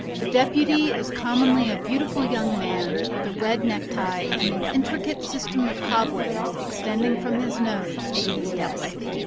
the deputy is commonly a beautiful young man, with a red necktie and an intricate system of cobwebs extending from his nose to his desk.